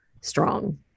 strong